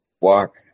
walk